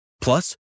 Plus